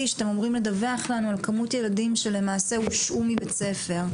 שאתם אמורים לדווח לנו על כמות ילדים שלמעשה הושעו מבית הספר,